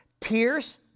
pierce